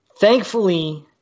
thankfully